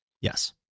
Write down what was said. Yes